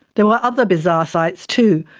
there were other bizarre sights too.